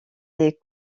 les